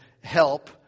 help